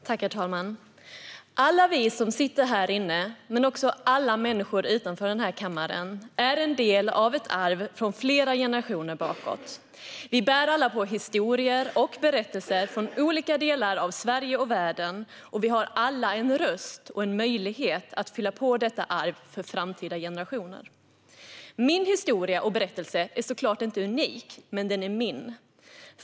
Herr talman! Alla vi som sitter här inne och också alla människor utanför den här kammaren är delar av ett arv från flera generationer bakåt. Vi bär alla på historier och berättelser från olika delar av Sverige och världen, och vi har alla en röst och en möjlighet att fylla på detta arv för framtida generationer. Min historia och min berättelse är inte unik, men den är min.